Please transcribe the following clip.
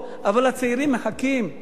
אבל הצעירים מחכים,